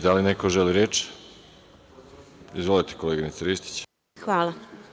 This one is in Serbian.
Da li neko želi reč? (Da) Izvolite, koleginice Ristić.